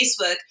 Facebook